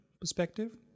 perspective